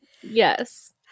Yes